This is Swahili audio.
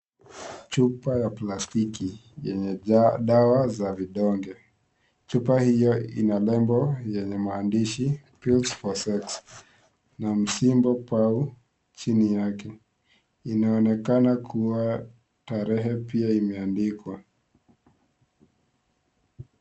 Chupa ya plastki yenye dawa za vidonge. Chupa hio ina nembo yenye maandishi Pills for sex na msimbo pau chini yake. Inaonekana kuwa pia tarehe imeandikwa.